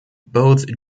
both